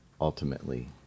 ultimately